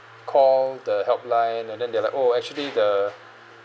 call the helpline and then they're like oh actually the